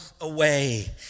away